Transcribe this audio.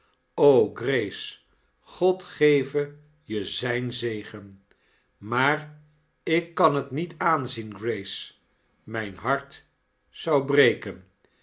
grace god geve je zijn zegen maar ik kan het niet aanzien grace mijn hart zou breken